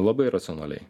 labai racionaliai